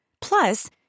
Plus